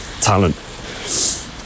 talent